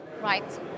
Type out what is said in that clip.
Right